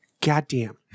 Goddamn